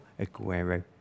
Aguero